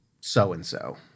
so-and-so